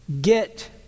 get